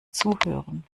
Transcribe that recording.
zuhören